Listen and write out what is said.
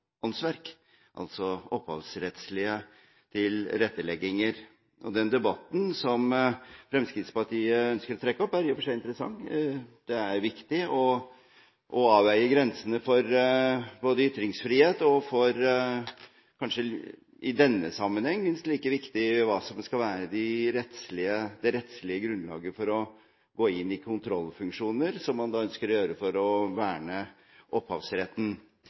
altså opphavsrettslige tilrettelegginger. Den debatten som Fremskrittspartiet ønsker å trekke opp, er i og for seg interessant. Det er viktig å avveie grensene for ytringsfrihet og i denne sammenheng kanskje minst like viktig hva som skal være det rettslige grunnlaget for å gå inn i kontrollfunksjoner, som man da ønsker å gjøre for å verne opphavsretten.